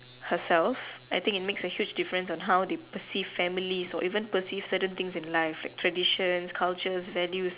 herself I think it makes a huge difference on how they perceive families or even perceive certain things in life like traditions cultures values